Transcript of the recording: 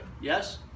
yes